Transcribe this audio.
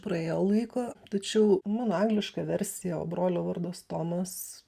praėjo laiko tačiau mano angliška versija o brolio vardas tomas